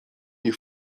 nie